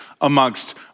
amongst